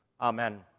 amen